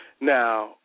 Now